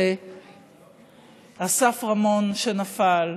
זה אסף רמון שנפל,